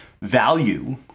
value